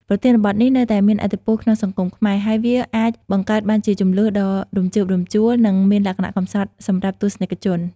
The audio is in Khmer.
ប្រធានបទនេះនៅតែមានឥទ្ធិពលក្នុងសង្គមខ្មែរ ហើយវាអាចបង្កើតបានជាជម្លោះដ៏រំជើបរំជួល និងមានលក្ខណៈកំសត់សម្រាប់ទស្សនិកជន។